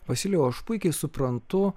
vasilijau aš puikiai suprantu